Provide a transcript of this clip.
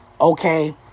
Okay